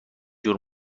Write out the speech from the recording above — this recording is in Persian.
جور